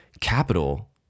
capital